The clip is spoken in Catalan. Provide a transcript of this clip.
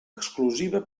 exclusiva